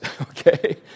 okay